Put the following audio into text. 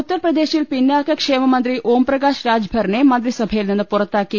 ഉത്തർപ്രദേശിൽ പിന്നാക്ക ക്ഷേമ മന്ത്രി ഓം പ്രകാശ് രാജ്ഭ റിനെ മന്ത്രിസഭയിൽ നിന്ന് പുറത്താക്കി